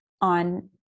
on